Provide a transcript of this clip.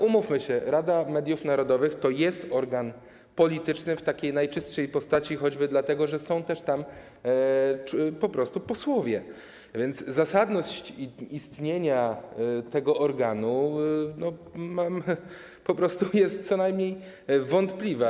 Umówmy się, że Rada Mediów Narodowych to jest organ polityczny w takiej najczystszej postaci, choćby dlatego, że są też tam po prostu posłowie, więc zasadność istnienia tego organu jest co najmniej wątpliwa.